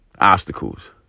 obstacles